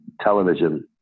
television